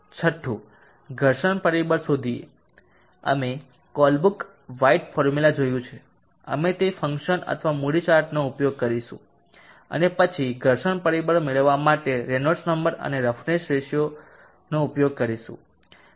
છઠ્ઠું ઘર્ષણ પરિબળ શોધીએ અમે કોલબ્રુક વ્હાઇટ ફોર્મ્યુલા જોયું છે અમે તે ફંક્શન અથવા મૂડીઝ ચાર્ટનો ઉપયોગ કરીશું અને પછી ઘર્ષણ પરિબળ મેળવવા માટે રેનોલ્ડ્સ નંબર અને રફનેસ રેશિયોનો ઉપયોગ કરીશું